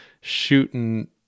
shooting